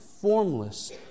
formless